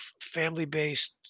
family-based